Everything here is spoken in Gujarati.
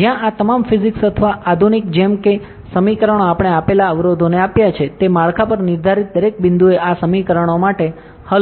જ્યાં આ તમામ ફિઝિક્સ અથવા આધુનિક જેમ કે સમીકરણો આપણે આપેલા અવરોધોને આપ્યા છે તે માળખા પર નિર્ધારિત દરેક બિંદુએ આ સમીકરણો માટે હલ કરશે